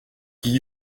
qui